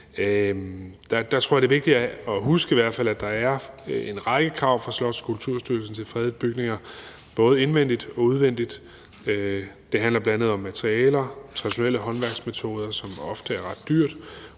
hvert fald er vigtigt at huske, at der er en række krav fra Slots- og Kulturstyrelsen til fredede bygninger, både indvendigt og udvendigt. Det handler bl.a. om materialer, traditionelle håndværksmetoder, som ofte er ret dyrt,